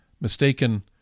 mistaken